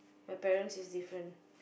my parents is different